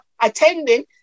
attending